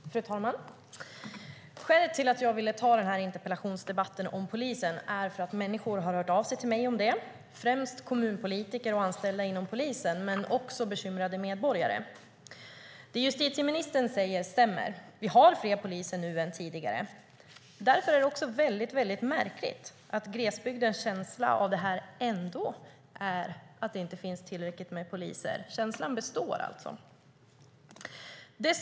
Fru talman! Skälet till att jag ville ha den här interpellationsdebatten om polisen är att människor har hört av sig till mig om det, främst kommunpolitiker och anställda inom polisen men också bekymrade medborgare. Det som justitieministern säger stämmer. Vi har fler poliser nu än tidigare. Därför är det väldigt märkligt att känslan av att det inte finns tillräckligt med poliser består i glesbygden.